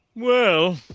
well,